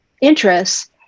interests